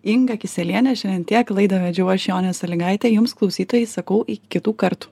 inga kisieliene šiandien tiek laidą vedžiau aš jonė salygaitė jums klausytojai sakau į kitų kart